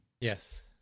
yes